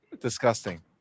Disgusting